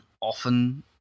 often